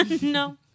no